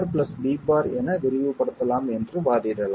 a' b' என விரிவுபடுத்தலாம் என்று வாதிடலாம்